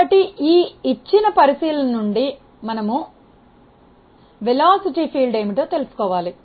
కాబట్టి ఈ ఇచ్చిన పరిశీలన నుండి మనము వెలాసిటీ ఫీల్డ్ ఏమిటో తెలుసుకోవాలి